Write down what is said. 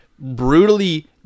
Brutally